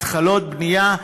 התחלות בנייה,